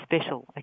special